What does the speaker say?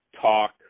talk